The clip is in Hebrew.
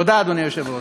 תודה, אדוני היושב-ראש.